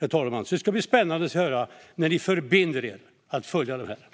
herr ålderspresident, så det ska bli spännande att höra om ni förbinder er till att följa det här.